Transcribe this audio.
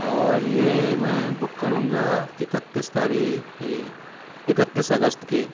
اور یہ میں بک کروں گا اکتیس تاریخ کے لیے اکتیس اگست کی